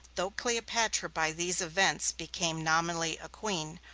though cleopatra, by these events, became nominally a queen,